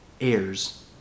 heirs